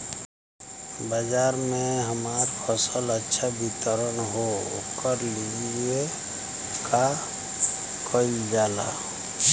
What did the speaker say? बाजार में हमार फसल अच्छा वितरण हो ओकर लिए का कइलजाला?